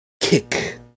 kick